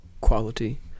quality